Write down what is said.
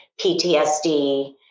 PTSD